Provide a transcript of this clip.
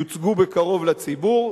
יוצגו בקרוב לציבור,